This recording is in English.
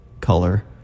color